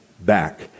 back